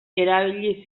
erabili